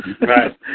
Right